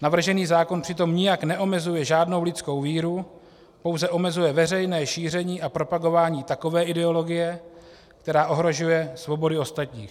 Navržený zákon přitom nijak neomezuje žádnou lidskou víru, pouze omezuje veřejné šíření a propagování takové ideologie, která ohrožuje svobody ostatních.